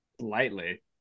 Slightly